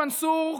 מנסור,